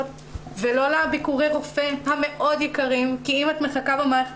ולא לביקורי רופא המאוד יקרים כי אם את מחכה במערכת